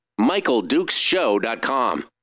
MichaelDukesShow.com